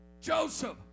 Joseph